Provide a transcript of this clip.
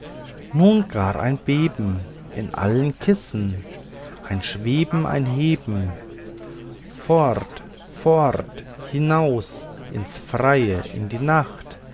nun gar ein beben in allen kissen ein schweben ein heben fort fort hinaus ins freie in die nacht